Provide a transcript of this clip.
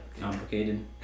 complicated